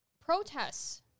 protests